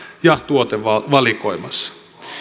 ja tuotevalikoimassa